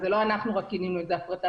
וזה לא רק אנחנו כינינו את זה הפרטה.